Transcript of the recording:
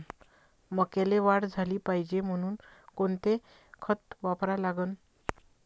मक्याले वाढ झाली पाहिजे म्हनून कोनचे खतं वापराले लागन?